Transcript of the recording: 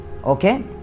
okay